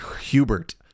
Hubert